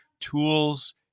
tools